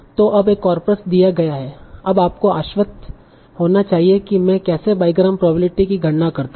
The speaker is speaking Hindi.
तों अब एक कॉर्पस दिया गया है अब आपको आश्वस्त होना चाहिए कि मैं कैसे बाईग्राम प्रोबेबिलिटी की गणना करता हूं